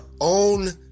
own